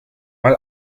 mal